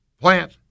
plant